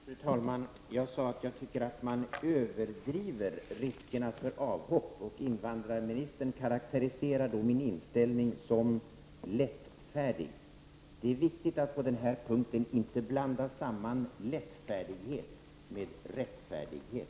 Fru talman! Jag sade att jag tycker att man överdriver riskerna för avhopp. Invandrarministern karakteriserade då min inställning som lättfärdig. Det är viktigt att på den här punkten inte blanda samman lättfärdighet med rättfärdighet.